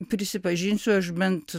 prisipažinsiu aš bent